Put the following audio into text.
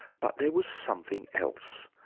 but there was something else,